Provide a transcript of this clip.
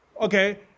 Okay